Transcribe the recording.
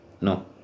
No